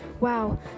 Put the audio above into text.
Wow